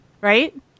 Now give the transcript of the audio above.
right